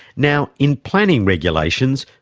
now, in planning regulations,